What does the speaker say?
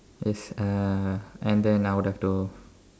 this uh and then I would have to